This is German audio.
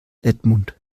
edmund